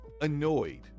annoyed